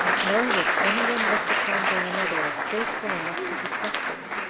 nor was any one looked upon by another as faithful enough to be trusted,